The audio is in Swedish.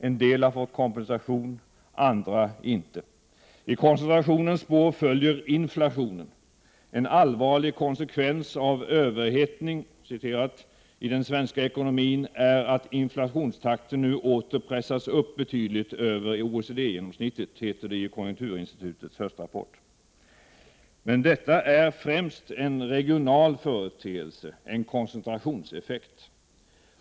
En del har fått kompensation, andra inte osv. I koncentrationens spår följer inflationen. En allvarlig konsekvens av ”överhettning” i den svenska ekonomin är att inflationstakten nu åter pressats upp betydligt över OECD-genomsnittet, heter det i konjunkturinstitutets höstrapport. Men detta är främst en regional företeelse, en koncentrationseffekt.